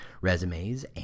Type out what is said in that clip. resumes